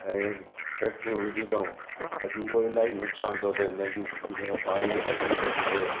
ऐं फ़ैक्ट्रियूं विधी अथाऊं अॼु ऐं इलाही नुक़सानु थो थिए नदियूं सुकी थियूं पाणीअ जी तकलीफ़ु थी थिए